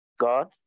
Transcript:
God